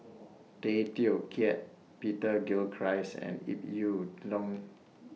Tay Teow Kiat Peter Gilchrist and Ip Yiu Tung